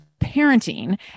parenting